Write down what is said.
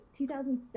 2007